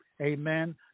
Amen